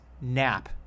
nap